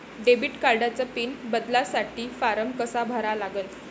Debit कार्डचा PIN बदलासाठी form कसा भरा लागन?